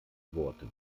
worte